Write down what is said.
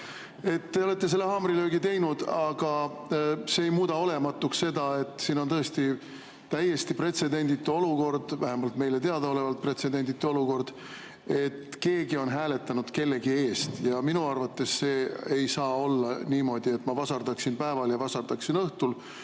olete selle haamrilöögi teinud, aga see ei muuda olematuks seda, et siin on tõesti täiesti pretsedenditu olukord, vähemalt meile teadaolevalt pretsedenditu olukord, et keegi on hääletanud kellegi eest. Minu arvates see ei saa olla niimoodi, et ma vasardaksin päeval ja vasardaksin õhtul,